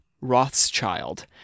Rothschild